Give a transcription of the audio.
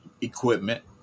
equipment